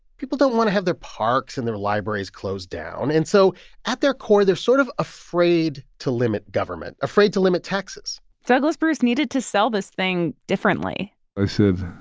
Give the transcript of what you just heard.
people don't want to have their parks and their libraries closed down. and so at their core, they're sort of afraid to limit government, afraid to limit taxes douglas bruce needed to sell this thing differently i said,